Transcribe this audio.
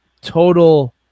total